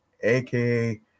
aka